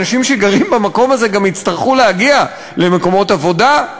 האנשים שגרים במקום הזה גם יצטרכו להגיע למקומות עבודה,